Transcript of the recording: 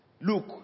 Look